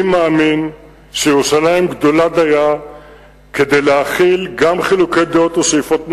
אני מאמין שירושלים גדולה דיה להכיל גם חילוקי דעות ושאיפות מנוגדות.